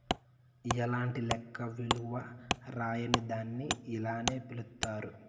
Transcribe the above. ఎలాంటి లెక్క విలువ రాయని దాన్ని ఇలానే పిలుత్తారు